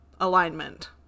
alignment